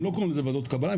הם לא קוראים לזה ועדות קבלה,